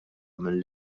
mill